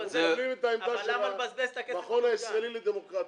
אנחנו מקבלים את העמדה של המכון הישראלי לדמוקרטיה.